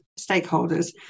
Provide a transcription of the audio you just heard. stakeholders